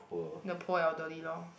the poor elderly lor